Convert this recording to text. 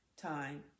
Time